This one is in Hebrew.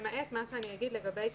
למעט מה שאגיד לגבי קטינים,